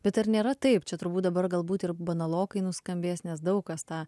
bet ar nėra taip čia turbūt dabar galbūt ir banalokai nuskambės nes daug kas tą